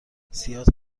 زیاد